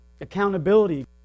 Accountability